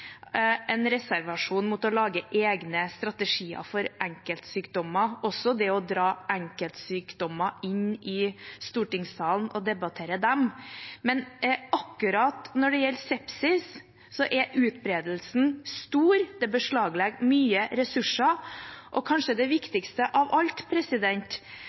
en reservasjon mot å lage egne strategier for enkeltsykdommer, og også mot å dra enkeltsykdommer inn i stortingssalen og debattere dem. Men akkurat når det gjelder sepsis, er utbredelsen stor, det beslaglegger mye ressurser, og – kanskje det viktigste av alt